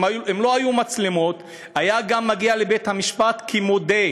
אם לא היו מצלמות הוא היה גם מגיע לבית-המשפט כמודה.